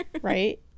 right